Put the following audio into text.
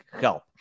help